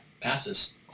passes